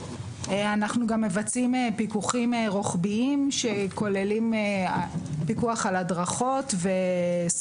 אנחנו גם מבצעים פיקוחים רוחביים על הדרכות ועל